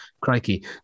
crikey